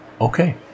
Okay